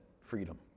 freedom